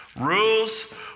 Rules